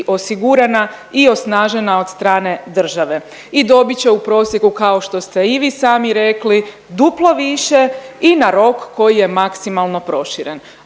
osigurana i osnažena od strane države i dobit će u prosjeku, kao što ste i vi sami rekli, duplo više i na rok koji je maksimalno proširen.